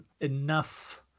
enough